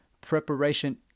preparation